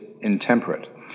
intemperate